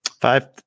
Five